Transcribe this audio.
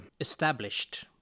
established